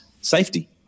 safety